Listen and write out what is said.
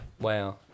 Wow